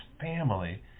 family